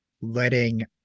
letting